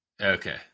Okay